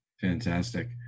Fantastic